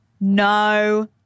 No